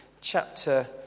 chapter